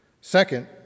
Second